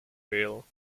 will